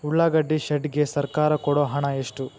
ಉಳ್ಳಾಗಡ್ಡಿ ಶೆಡ್ ಗೆ ಸರ್ಕಾರ ಕೊಡು ಹಣ ಎಷ್ಟು?